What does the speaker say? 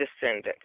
descendant